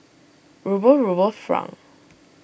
Ruble Ruble Franc